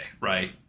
right